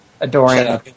Adoring